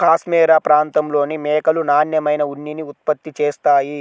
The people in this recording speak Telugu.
కాష్మెరె ప్రాంతంలోని మేకలు నాణ్యమైన ఉన్నిని ఉత్పత్తి చేస్తాయి